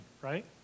right